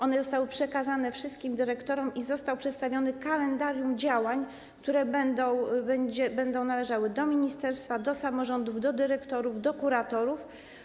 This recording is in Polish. One zostały przekazane wszystkim dyrektorom i zostało przedstawione kalendarium działań, które będą należały do ministerstwa, do samorządów, do dyrektorów, do kuratorów.